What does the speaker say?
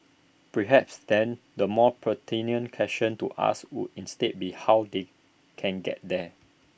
perhaps then the more pertinent question to ask would instead be how they can get there